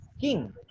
king